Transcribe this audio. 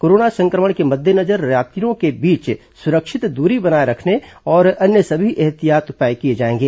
corona सं क्र मण के मद्देनजर यात्रियों के बीच सुरक्षित दूरी बनाए रखने और अन्य सभी एहतियाती उपाय किए जायेंगे